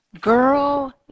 Girl